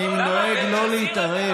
אני נוהג לא להתערב,